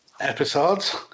episodes